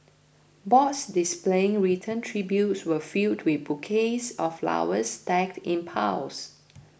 boards displaying written tributes were filled we bouquets of flowers stacked in piles